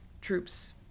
troops